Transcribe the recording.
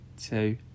two